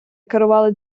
керували